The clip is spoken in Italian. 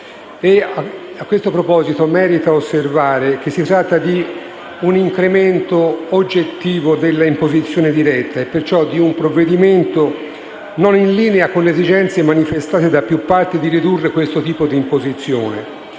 A tale proposito, merita osservare che si tratta di un incremento oggettivo della imposizione diretta e perciò di un provvedimento non in linea con le esigenze, manifestate da più parti, di ridurre questo tipo di imposizioni.